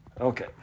okay